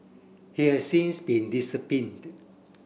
he has since been disciplined